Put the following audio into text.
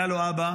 היה לו אבא,